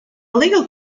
legal